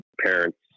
parents